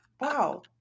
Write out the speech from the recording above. wow